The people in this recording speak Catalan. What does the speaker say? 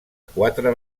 quatre